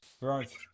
Right